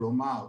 כלומר,